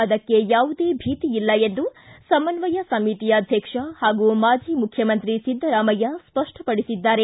ಅದಕ್ಕೆ ಭೀತಿಯಿಲ್ಲ ಎಂದು ಸಮನ್ವಯ ಸಮಿತಿ ಅಧ್ಯಕ್ಷ ಹಾಗೂ ಮಾಜಿ ಮುಖ್ಯಮಂತ್ರಿ ಸಿದ್ದರಾಮಯ್ಯ ಸ್ಪಷ್ಟಪಡಿಸಿದ್ದಾರೆ